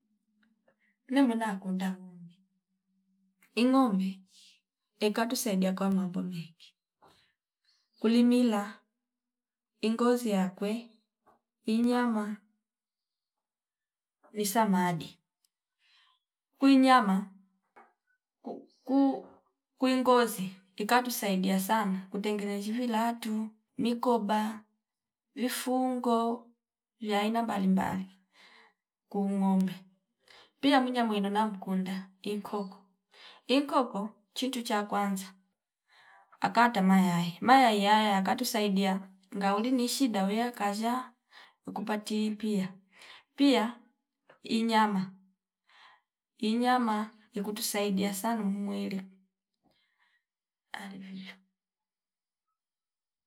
Ne mwena akunda huomi ingombe inkatusaidia kwa mambo mengi kulimila ingozi yakwe inyama ni samadi kwi nyama kuu- kuu kwingozi ikatusaidia kutengenezi vilatu nikomba vifungo vya aina mbali mbali ku ngombe pia mwinya mwina na mkunda inkoko, inkoko chitu cha kwanza akata mayayi mayayi aya yakatusaidia ngauli ni shida auya kazsha nkupati pia pia inyama. Inyama ikutusaidia sanu umwili ali vivyo